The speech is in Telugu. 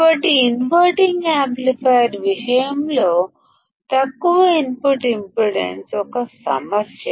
కాబట్టి ఇన్వర్టింగ్ యాంప్లిఫైయర్ విషయంలో తక్కువ ఇన్పుట్ ఇంపిడెన్స్ ఒక సమస్య